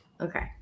Okay